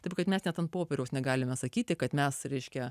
taip kad mes net ant popieriaus negalime sakyti kad mes ryškią